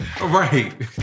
Right